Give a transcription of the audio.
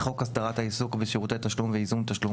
לחוק הסדרת העיסוק בשירותי תשלום וייזום תשלום,